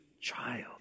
child